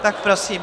Tak prosím.